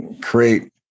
create